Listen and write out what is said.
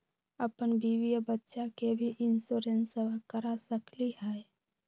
अपन बीबी आ बच्चा के भी इंसोरेंसबा करा सकली हय?